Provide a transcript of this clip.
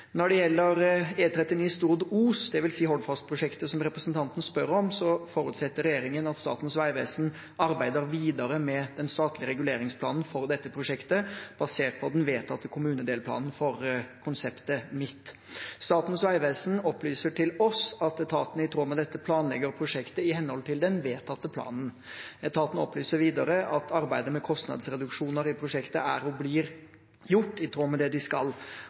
Når det gjelder E39 Stord–Os, dvs. Hordfast-prosjektet som representanten spør om, forutsetter regjeringen at Statens vegvesen arbeider videre med den statlige reguleringsplanen for dette prosjektet, basert på den vedtatte kommunedelplanen for konsept midt. Statens vegvesen opplyser til oss at etaten i tråd med dette planlegger prosjektet i henhold til den vedtatte planen. Etaten opplyser videre at arbeidet med kostnadsreduksjoner i prosjektet er og blir gjort, i tråd med det de skal.